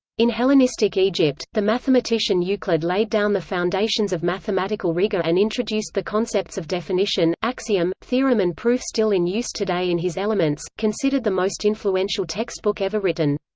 in hellenistic egypt, the mathematician euclid laid down the foundations of mathematical rigor and introduced the concepts of definition, axiom, theorem and proof still in use today in his elements, considered the most influential textbook ever written.